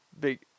big